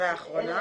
והאחרונה?